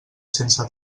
sense